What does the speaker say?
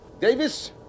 Davis